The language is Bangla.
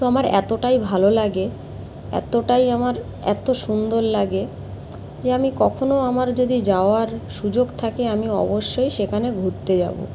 তো আমার এতটাই ভালো লাগে এতটাই আমার এত সুন্দর লাগে যে আমি কখনও আমার যদি যাওয়ার সুযোগ থাকে আমি অবশ্যই সেখানে ঘুরতে যাবো